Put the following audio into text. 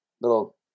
little